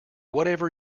whatever